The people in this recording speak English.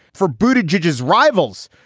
for booted judges, rivals.